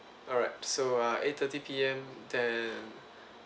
alright so uh eight thirty P_M then